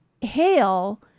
hail